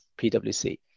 PwC